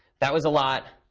that was a lot.